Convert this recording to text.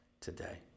today